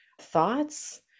thoughts